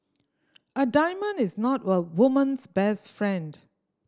a diamond is not a woman's best friend